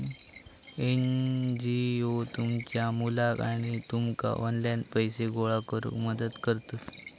NGO तुमच्या मुलाक आणि तुमका ऑनलाइन पैसे गोळा करूक मदत करतत